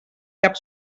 cap